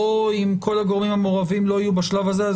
ואם כל הגורמים המעורבים לא יהיו בשלב הזה פה,